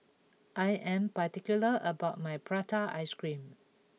I am particular about my Prata Ice Cream